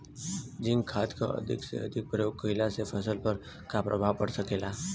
Zinc खाद क अधिक से अधिक प्रयोग कइला से फसल पर का प्रभाव पड़ सकेला?